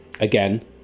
Again